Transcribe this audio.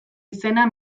izena